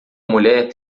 mulher